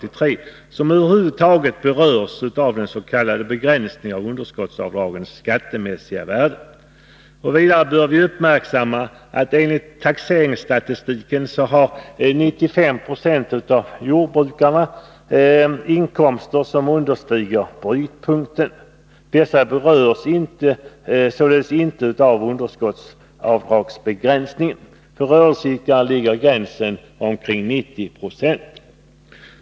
år 1983 som över huvud taget berörs av den s.k. begränsningen av underskottsavdragens skattemässiga värde. Vidare bör vi uppmärksamma att enligt taxeringsstatistiken har 95 96 av jordbrukarna inkomster som understiger ”brytpunkten”. Dessa berörs således inte av underskottsavdragsbegränsningen. Motsvarande siffra för rörelseidkare är 90 96.